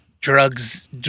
drugs